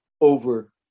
over